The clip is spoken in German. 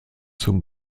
zum